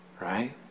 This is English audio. Right